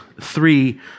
three